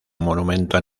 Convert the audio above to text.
monumento